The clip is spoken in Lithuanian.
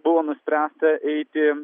buvo nuspręsta eiti